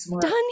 done